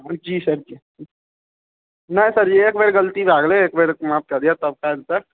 जी sir जी नहि sir जी एक बेर गलती भए गेलै एक बेर माफ कए दिय सब